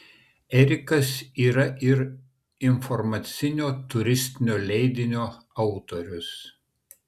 erikas yra ir informacinio turistinio leidinio autorius